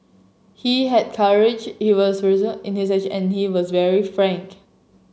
he had courage he was resolute in his action and he was very frank